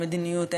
של מדיניות,